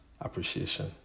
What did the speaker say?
appreciation